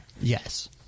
Yes